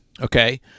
Okay